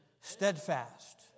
steadfast